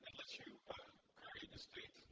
lets you query the state.